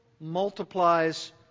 multiplies